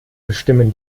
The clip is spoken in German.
bestimmen